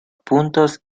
puntos